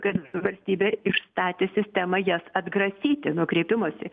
kad valstybė išstatė sistemą jas atgrasyti nuo kreipimosi